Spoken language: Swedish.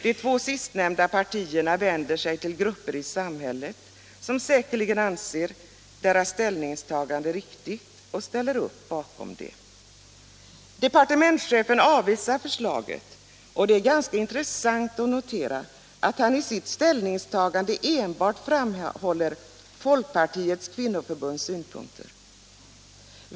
De två sistnämnda partierna vänder sig till grupper i samhället som säkerligen anser detta ställningstagande riktigt och ställer upp bakom det. Departementschefen avvisar förslaget, och det är ganska intressant att notera att han i sitt ställningstagande enbart framhåller Folkpartiets kvinnoförbunds synpunkter.